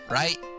right